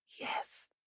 Yes